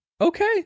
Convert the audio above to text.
Okay